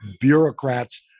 bureaucrats